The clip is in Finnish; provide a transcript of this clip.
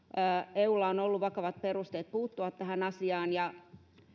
eulla on ollut vakavat perusteet puuttua tähän asiaan ja